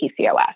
PCOS